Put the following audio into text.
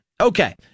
Okay